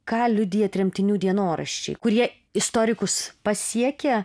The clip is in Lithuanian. ką liudija tremtinių dienoraščiai kurie istorikus pasiekia